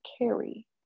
carry